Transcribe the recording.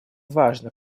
важно